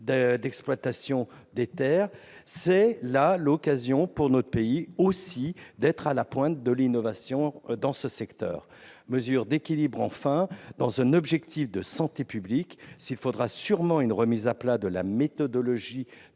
d'exploitation des terres. C'est l'occasion pour notre pays d'être à la pointe de l'innovation dans ce secteur. Équilibre, enfin, dans une perspective de santé publique : s'il faudra sûrement remettre à plat la méthodologie